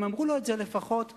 הם אמרו לו את זה לפחות בלחישה,